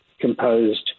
composed